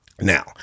Now